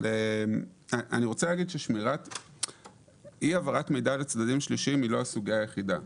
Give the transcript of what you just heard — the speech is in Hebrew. אבל אי העברת מידע לצדדים שלישיים היא לא הסוגיה היחידה.